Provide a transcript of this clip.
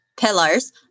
pillars